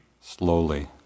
slowly